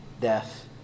death